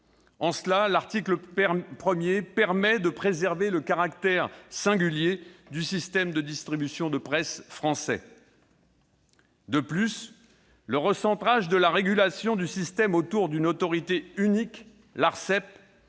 En cela, l'article 1 permet de préserver le caractère singulier du système de distribution de presse français. De plus, le recentrage de la régulation du système autour d'une autorité unique, l'Arcep,